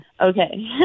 okay